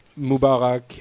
Mubarak